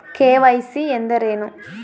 KYC ಎಂದರೇನು?